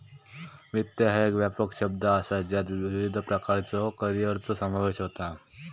वित्त ह्या एक व्यापक शब्द असा ज्यात विविध प्रकारच्यो करिअरचो समावेश होता